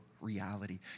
reality